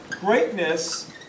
Greatness